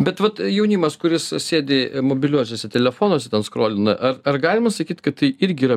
bet vat jaunimas kuris sėdi mobiliuosiuose telefonuose ten skrolina ar ar galima sakyt kad tai irgi yra